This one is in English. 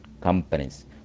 companies